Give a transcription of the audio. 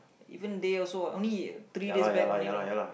even they also what only three days back only know